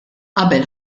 qabel